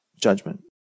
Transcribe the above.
judgment